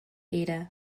ada